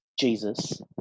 Jesus